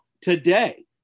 today